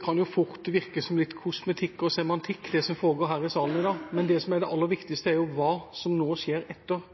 kan jo fort virke som litt kosmetikk og semantikk det som foregår her i salen i dag, men det som er det aller viktigste, er hva som skjer etter